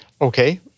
Okay